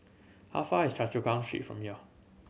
how far y is Choa Chu Kang Street from here